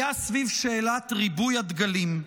היה סביב שאלת ריבוי הדגלים.